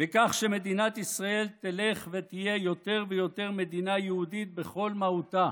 בכך שמדינת ישראל תלך ותהיה יותר ויותר מדינה יהודית בכל מהותה,